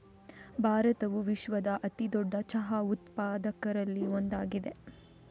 ಭಾರತವು ವಿಶ್ವದ ಅತಿ ದೊಡ್ಡ ಚಹಾ ಉತ್ಪಾದಕರಲ್ಲಿ ಒಂದಾಗಿದೆ